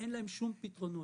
אין להם שום פתרון.